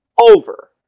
over